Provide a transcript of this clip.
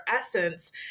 essence